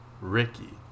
Ricky